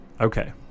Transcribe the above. Okay